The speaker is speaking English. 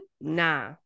Nah